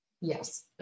yes